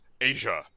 Asia